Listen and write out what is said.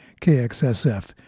KXSF